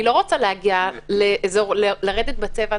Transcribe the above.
היא לא רוצה לרדת בצבע,